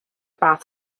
bath